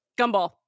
Gumball